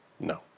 No